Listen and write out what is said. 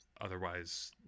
otherwise